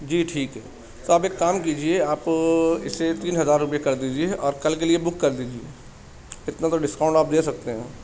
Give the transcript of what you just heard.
جی ٹھیک ہے تو آپ ایک کام کیجیے آپ اسے تین ہزار روپئے کر دیجیے اور کل کے لیے بک کر دیجیے اتنا تو ڈسکاؤنٹ آپ دے سکتے ہیں